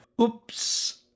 Oops